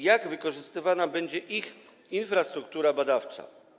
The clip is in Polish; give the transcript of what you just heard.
Jak wykorzystywana będzie ich infrastruktura badawcza?